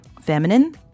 feminine